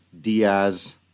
Diaz